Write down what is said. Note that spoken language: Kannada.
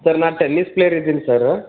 ಸರ್ ನಾನು ಟೆನ್ನಿಸ್ ಪ್ಲೇಯರ್ ಇದೀನಿ ಸರ